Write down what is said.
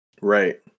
Right